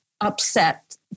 upset